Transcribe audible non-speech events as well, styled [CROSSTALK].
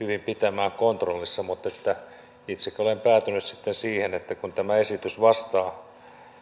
[UNINTELLIGIBLE] hyvin pitämään kontrollissa mutta itsekin olen päätynyt sitten siihen että kun tämä esitys vastaa